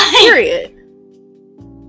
Period